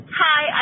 hi